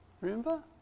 remember